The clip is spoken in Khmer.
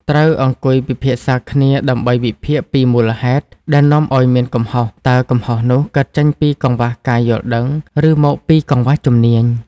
ត្រូវអង្គុយពិភាក្សាគ្នាដើម្បី វិភាគពីមូលហេតុ ដែលនាំឲ្យមានកំហុស។ តើកំហុសនោះកើតចេញពីកង្វះការយល់ដឹង ឬមកពីកង្វះជំនាញ